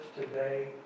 today